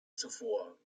zuvor